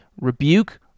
Rebuke